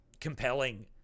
compelling